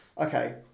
Okay